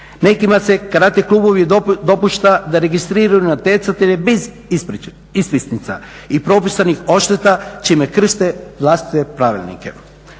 Nekima se, karate klubovi dopuštaju da registriraju natjecatelje bez ispisnica i propisanih odšteta čime krše vlastite pravilnike.